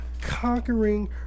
Conquering